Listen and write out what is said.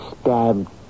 stabbed